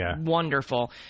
wonderful